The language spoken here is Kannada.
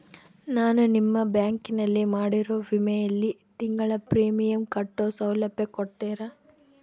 ನಾನು ನಿಮ್ಮ ಬ್ಯಾಂಕಿನಲ್ಲಿ ಮಾಡಿರೋ ವಿಮೆಯಲ್ಲಿ ತಿಂಗಳ ಪ್ರೇಮಿಯಂ ಕಟ್ಟೋ ಸೌಲಭ್ಯ ಕೊಡ್ತೇರಾ?